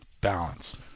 Balance